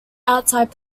outside